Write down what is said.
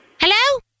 Hello